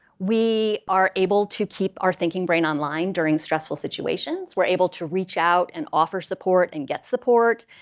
we are able to keep our thinking brain online during stressful situations. we're able to reach out and offer support and get support,